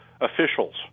officials